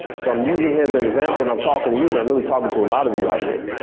so i'm using him as an example and i'm talkin' to you, but i'm really talking to a lot of you out there.